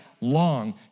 long